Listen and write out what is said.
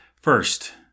First